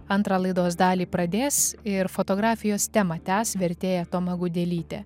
antrą laidos dalį pradės ir fotografijos temą tęs vertėja toma gudelytė